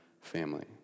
family